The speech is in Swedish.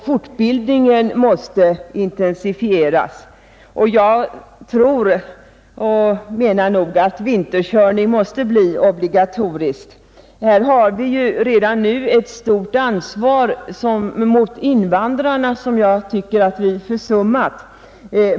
Fortbildningen måste intensifieras. Jag anser att utbildning i vinterkörning måste bli obligatorisk. Här har vi redan nu ett stort ansvar mot invandrarna, ett ansvar som jag tycker vi har försummat.